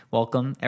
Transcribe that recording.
welcome